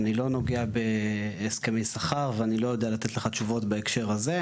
אני לא נוגע בהסכמי שכר ואני לא יודע לתת לך תשובות בהקשר הזה.